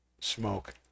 smoke